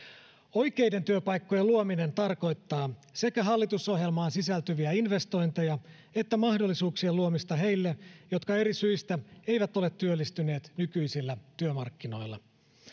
oikeiden työpaikkojen luominen tarkoittaa sekä hallitusohjelmaan sisältyviä investointeja että mahdollisuuksien luomista heille jotka eri syistä eivät ole työllistyneet nykyisillä työmarkkinoilla